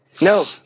no